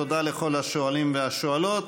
תודה לכל השואלים והשואלות.